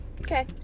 okay